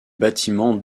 bâtiments